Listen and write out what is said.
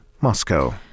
Moscow